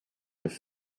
have